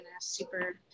super